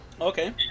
Okay